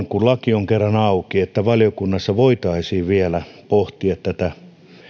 kun laki on kerran auki että valiokunnassa voitaisiin vielä pohtia